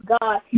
God